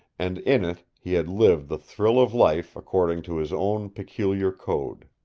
and in it he had lived the thrill of life according to his own peculiar code.